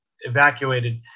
evacuated